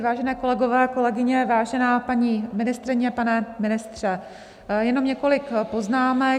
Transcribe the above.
Vážené kolegové, kolegyně, vážená paní ministryně, pane ministře, jenom několik poznámek.